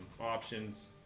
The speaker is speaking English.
options